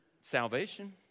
salvation